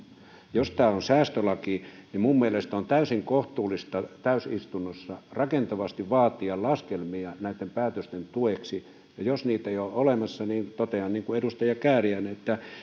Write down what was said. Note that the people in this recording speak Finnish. jos tämä on säästölaki niin minun mielestäni on täysin kohtuullista täysistunnossa rakentavasti vaatia laskelmia näitten päätösten tueksi ja jos niitä ei ole olemassa niin totean niin kuin edustaja kääriäinen että